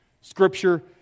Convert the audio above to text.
scripture